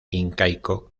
incaico